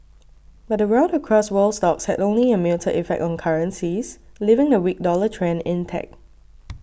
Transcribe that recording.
but the rout across world stocks had only a muted effect on currencies leaving the weak dollar trend intact